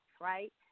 Right